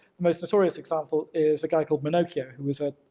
most notorious example is a guy called menocchio who was a